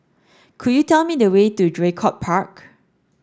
could you tell me the way to Draycott Park